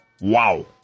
wow